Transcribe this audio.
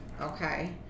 okay